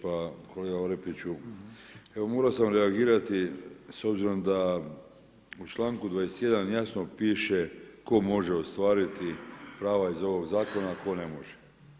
Pa kolega Orepiću, evo morao sam reagirati s obzirom da u članku 21. jasno piše tko može ostvariti prava iz ovog zakona, a tko ne može.